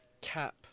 cap